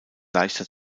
leichter